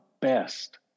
best